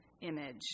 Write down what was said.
image